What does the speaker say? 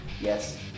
Yes